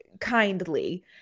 kindly